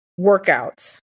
workouts